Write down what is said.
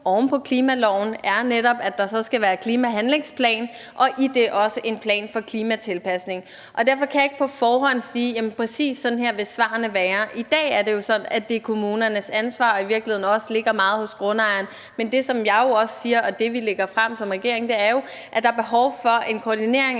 oven på klimaloven, netop, at der så skal være klimahandlingsplan og i det også en plan for klimatilpasning. Derfor kan jeg ikke på forhånd sige, at svarene præcis vil være sådan og sådan. I dag er det sådan, at det er kommunernes ansvar, og det ligger også meget hos grundejeren, men det, som jeg jo også siger, og det, vi lægger frem som regering, er, at der er behov for en koordinering,